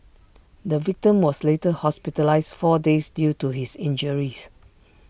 the victim was later hospitalised four days due to his injuries